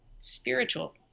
spiritual